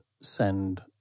send